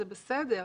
זה בסדר.